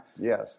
Yes